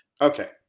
okay